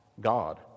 God